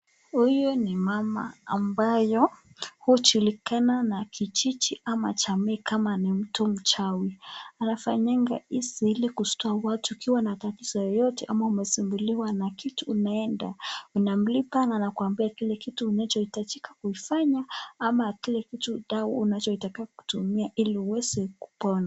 Huyu ni mama ambayo hujulikana na kijiji ama jamii kama ni mtu mchawi. Anafanyanga hizi ili kusaidia watu wakiwa na tatizo yoyote ama umesumbuliwa na kitu unaenda, unamlipa na anakuambia kile kitu unachohitajika kuifanya ama kile kitu dawa unachotaka kutumia ili uweze kupona.